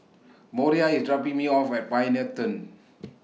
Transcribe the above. Moriah IS dropping Me off At Pioneer Turn